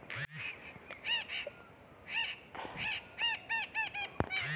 रतालू या जिमीकंद का प्रयोग मैं आमतौर पर उपवास में करती हूँ